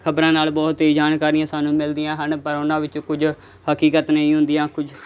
ਖਬਰਾਂ ਨਾਲ ਬਹੁਤ ਹੀ ਜਾਣਕਾਰੀਆਂ ਸਾਨੂੰ ਮਿਲਦੀਆਂ ਹਨ ਪਰ ਉਹਨਾਂ ਵਿੱਚੋਂ ਕੁਝ ਹਕੀਕਤ ਨਹੀਂ ਹੁੰਦੀਆਂ ਕੁਝ